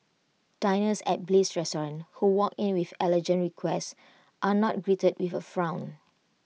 diners at bliss restaurant who walk in with allergen requests are not greeted with A frown